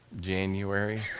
January